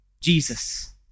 Jesus